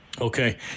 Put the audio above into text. Okay